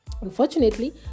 Unfortunately